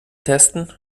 testen